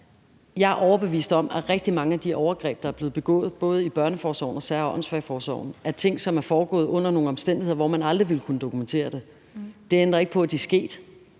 Jeg er overbevist om, at rigtig mange af de overgreb, der er blevet begået både i børneforsorgen og sær- og åndssvageforsorgen, er ting, som er foregået under nogle omstændigheder, hvor man aldrig ville kunne dokumentere det. Det ændrer ikke på, at de er sket.